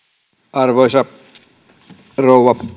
arvoisa rouva